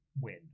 win